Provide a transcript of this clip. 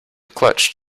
clutch